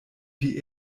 wie